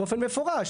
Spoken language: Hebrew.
באופן מפורש.